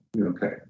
Okay